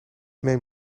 neem